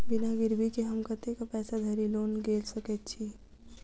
बिना गिरबी केँ हम कतेक पैसा धरि लोन गेल सकैत छी?